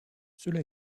cela